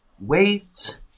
Wait